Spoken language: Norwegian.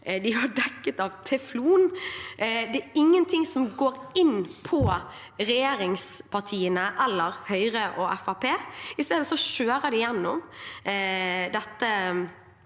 de var dekket av teflon. Det er ingenting som går inn på regjeringspartiene eller Høyre og Fremskrittspartiet. I stedet kjører de gjennom dette